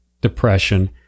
depression